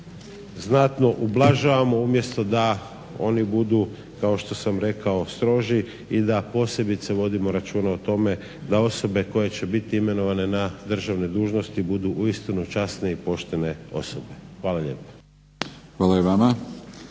znatno ublažavamo umjesto da oni budu kao što sam rekao stroži i da posebice vodimo računa o tome da osobe koje će biti imenovane na državne dužnosti budu uistinu časne i poštene osobe. Hvala lijepo.